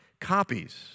copies